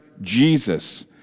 Jesus